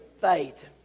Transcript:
faith